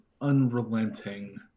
unrelenting